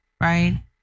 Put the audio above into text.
Right